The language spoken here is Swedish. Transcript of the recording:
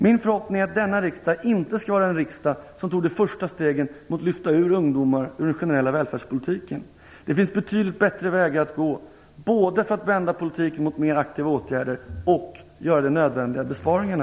Min förhoppning är att denna riksdag inte skall vara en riksdag som tar de första stegen mot att lyfta ur ungdomar ur den generella välfärdspolitiken. Det finns betydligt bättre vägar att gå, både för att vända politiken mot mera aktiva åtgärder och för att göra de nödvändiga besparingarna.